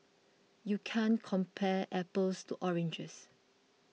you can't compare apples to oranges